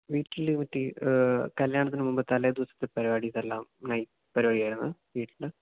വീട്ടില് മറ്റ് കല്യാണത്തിന് മുമ്പ് തലേദിവസത്തെ പരിപാടി ഇതെല്ലാം നൈറ്റ് പരിപാടിയായിരുന്നു വീട്ടില്